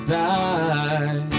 die